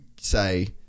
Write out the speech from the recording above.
say